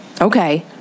Okay